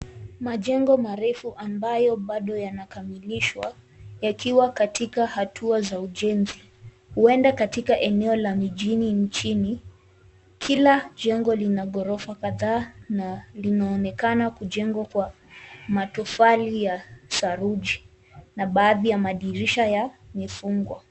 Majengo marefu ambayo bado yanakamilishwa yakiwa katika hatua za ujenzi. Huenda katika eneo la mijini nchini. Kila jengo lina ghorofa kadhaa na linaonekana kujengwa kwa matofali ya saruji na baadhi ya madirisha yamefungwa.